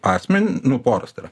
asmen nu poros tai yra